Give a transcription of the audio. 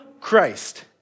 Christ